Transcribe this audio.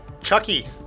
Chucky